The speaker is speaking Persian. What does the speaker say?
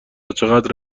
چقدر